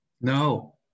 No